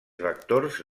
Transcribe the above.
vectors